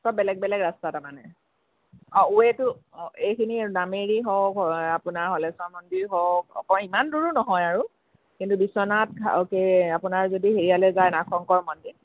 চব বেলেগ বেলেগ ৰাস্তা তাৰমানে অ' ৱেটো এইখিনি নামেৰি হওক আপোনাৰ হলেশ্বৰ মন্দিৰ হওক অক ইমান দূৰো নহয় আৰু কিন্তু বিশ্বনাথ আৰু কি আপোনাৰ যদি হেৰিয়ালে যায় নাগ শংকৰ মন্দিৰ